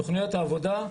תוכניות העבודה,